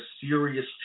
serious